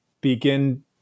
begin